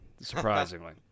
surprisingly